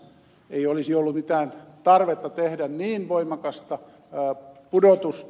ei olisi ollut mitään tarvetta tehdä niin voimakasta pudotusta